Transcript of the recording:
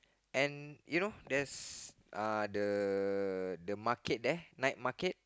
and you know there's uh the the market there night market